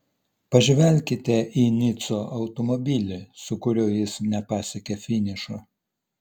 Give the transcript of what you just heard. pažvelkite į nico automobilį su kuriuo jis nepasiekė finišo